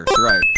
right